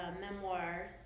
memoir